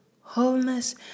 Wholeness